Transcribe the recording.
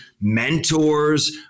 mentors